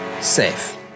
safe